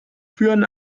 führen